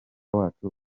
wacu